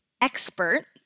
expert